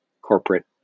corporate